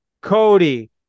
Cody